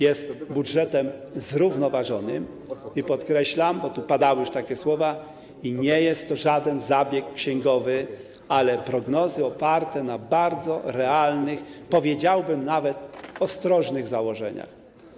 Jest budżetem zrównoważonym i podkreślam - bo tu padały już takie słowa - nie jest to żaden zabieg księgowy, ale są to prognozy oparte na bardzo realnych, powiedziałbym nawet: ostrożnych, założeniach.